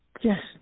Yes